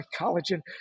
collagen